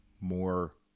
more